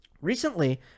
Recently